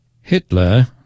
Hitler